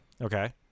Okay